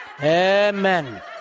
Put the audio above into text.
Amen